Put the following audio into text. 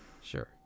Sure